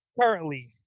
Currently